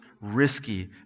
risky